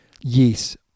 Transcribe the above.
Yes